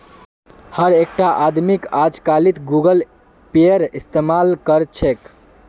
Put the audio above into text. हर एकटा आदमीक अजकालित गूगल पेएर इस्तमाल कर छेक